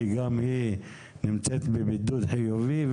כי גם היא נמצאת בבידוד חיובי,